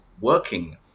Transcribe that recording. working